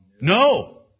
No